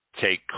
take